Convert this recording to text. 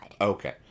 Okay